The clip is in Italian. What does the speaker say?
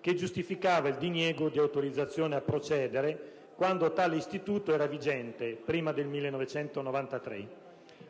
che giustificava il diniego di autorizzazione a procedere, quando tale istituto era vigente (prima del 1993).